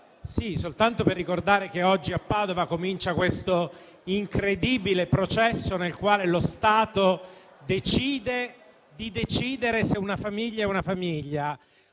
intervengo per ricordare che oggi a Padova comincia questo incredibile processo nel quale lo Stato stabilisce di decidere se una famiglia è una famiglia.